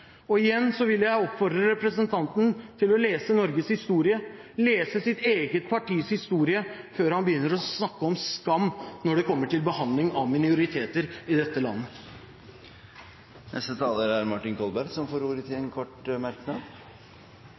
Kolberg. Igjen vil jeg oppfordre representanten til å lese Norges historie og lese sitt eget partis historie før han begynner å snakke om skam når det kommer til behandling av minoriteter i dette landet. Representanten Martin Kolberg har hatt ordet to ganger tidligere og får ordet til en kort merknad,